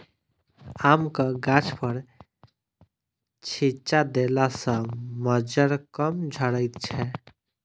आमक गाछपर छिच्चा देला सॅ मज्जर कम झरैत छै